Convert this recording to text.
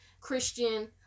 Christian